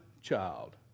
child